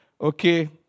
Okay